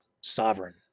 Sovereign